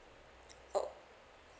oh